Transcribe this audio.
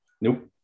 Nope